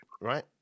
right